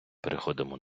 переходимо